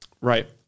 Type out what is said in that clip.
Right